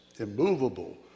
immovable